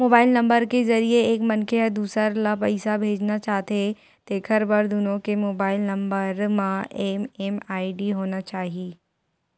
mobile number के जरिए एक मनखे ह दूसर ल पइसा भेजना चाहथे तेखर बर दुनो के मोबईल नंबर म एम.एम.आई.डी होना चाही